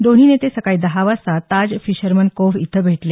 दोन्ही नेते सकाळी दहा वाजता ताज फिशरमन कोव्ह इथं भेटले